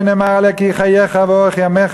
שנאמר עליה "כי הוא חייך ואֹרך ימיך",